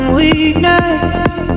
weakness